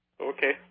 Okay